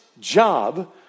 job